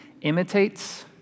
imitates